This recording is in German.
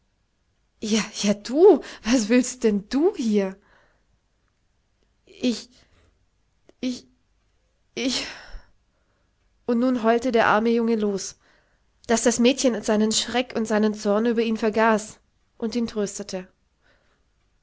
luder ja du was willst denn du hier ich ich ich und nun heulte der arme junge los daß das mädchen seinen schreck und seinen zorn über ihn vergaß und ihn tröstete